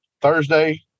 Thursday